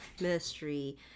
Ministry